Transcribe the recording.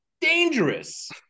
Dangerous